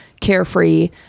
carefree